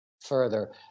further